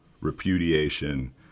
repudiation